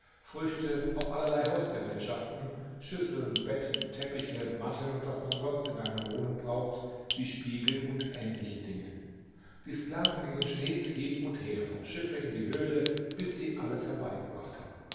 früchte auch allerlei hausgerätschaften schüsseln betten teppiche matten und was man sonst in einer wohnung braucht wie spiegel und ähnliche dinge die sklaven gingen stets hin und her vom schiffe in die höhle bis sie alles herbeigebracht hatten